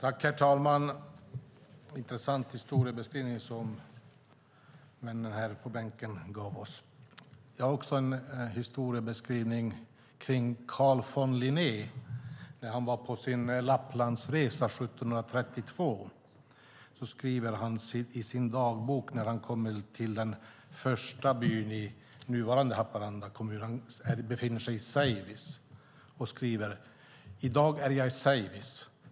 Herr talman! Det var en intressant historiebeskrivning som männen här på bänken gav oss. Jag har en historiebeskrivning kring Carl von Linné när han var på sin Lapplandsresa 1732. Han skriver i sin dagbok när han kommer till den första byn i nuvarande Haparanda kommun. Han befinner sig i Säivis och skriver: I dag är jag i Säivis.